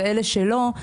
ואלה שלא,